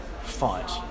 fight